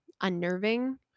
unnerving